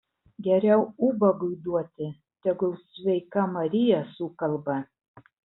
geriau ubagui duoti tegul sveika marija sukalba